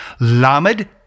Lamed